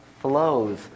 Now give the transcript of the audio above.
Flows